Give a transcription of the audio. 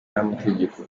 n’amategeko